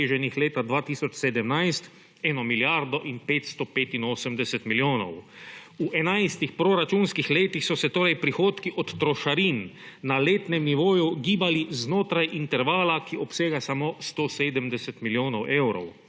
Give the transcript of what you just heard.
proračunskih letih so se torej prihodki od trošarin, na letnem nivoju gibali znotraj intervala, ki obsega samo 170 milijonov evrov,